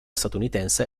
statunitense